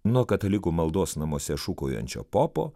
nuo katalikų maldos namuose šūkaujančio popo